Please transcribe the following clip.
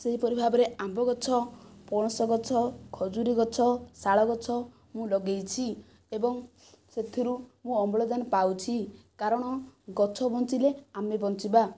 ସେହିପରି ଭାବରେ ଆମ୍ବଗଛ ପଣସଗଛ ଖଜୁରୀଗଛ ଶାଳଗଛ ମୁଁ ଲଗାଇଛି ଏବଂ ସେଥିରୁ ମୁଁ ଅମ୍ଳଜାନ ପାଉଛି କାରଣ ଗଛ ବଞ୍ଚିଲେ ଆମେ ବଞ୍ଚିବା